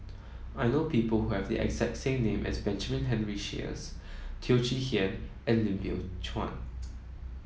i know people who have the exact name as Benjamin Henry Sheares Teo Chee Hean and Lim Biow Chuan